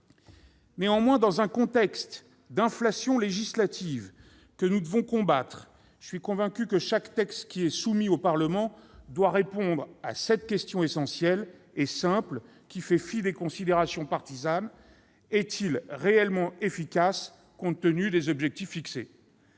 compétence. Dans un contexte d'inflation législative, que nous devons combattre, je suis convaincu que chaque texte qui est soumis au Parlement doit répondre à cette question essentielle et simple, qui fait fi des considérations partisanes : est-il réellement efficace compte tenu des objectifs fixés ?